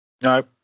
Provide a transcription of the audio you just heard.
No